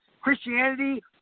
Christianity